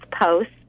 post